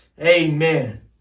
Amen